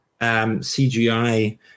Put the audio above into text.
CGI